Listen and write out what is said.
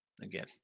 Again